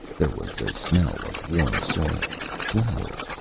there was the smell of warm soil, flowers,